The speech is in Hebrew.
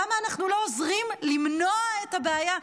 למה אנחנו לא עוזרים למנוע את הבעיה?